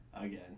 Again